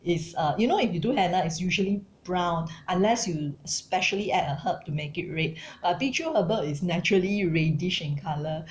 is uh you know if you do henna is usually brown unless you specially at a herb to make it red but Bee Choo herbal is naturally reddish in colour